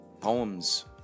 poems